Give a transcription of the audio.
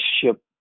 ship